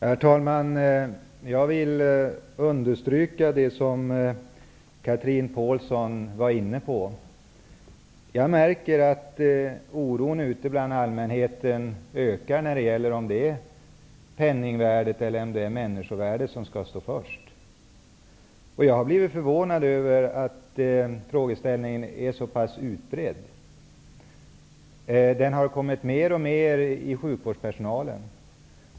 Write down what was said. Herr talman! Jag vill understryka det som Chatrine Pålsson var inne på. Jag märker att oron bland allmänheten ökar och man ställer sig frågan om det är penningvärdet eller människovärdet som skall stå främst. Jag är förvånad över att denna frågeställning är så pass utbredd. Den finns alltmer bland sjukvårdspersonalen.